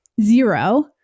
zero